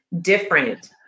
Different